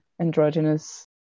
androgynous